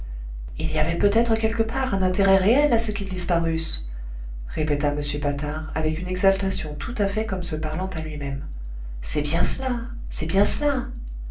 il y avait peut-être quelque part un intérêt réel à ce qu'ils disparussent répéta m patard avec une exaltation tout à fait comme se parlant à lui-même c'est bien cela c'est bien cela